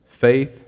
faith